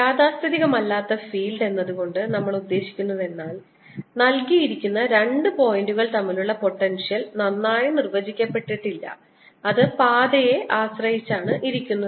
യാഥാസ്ഥിതികമല്ലാത്ത field എന്നതുകൊണ്ട് നമ്മൾ ഉദ്ദേശിക്കുന്നത് നൽകിയിരിക്കുന്ന രണ്ട് പോയിന്റുകൾ തമ്മിലുള്ള പൊട്ടൻഷ്യൽ നന്നായി നിർവചിക്കപ്പെട്ടിട്ടില്ല അത് പാതയെ ആശ്രയിച്ചാണിരിക്കുന്നത്